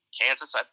Kansas